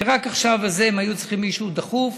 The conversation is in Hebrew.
רק עכשיו היו צריכים מישהו דחוף,